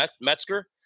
Metzger